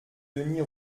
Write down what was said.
denys